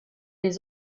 les